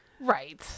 Right